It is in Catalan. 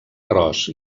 arròs